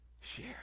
Share